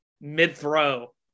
mid-throw